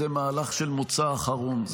זה מהלך של מוצא האחרון,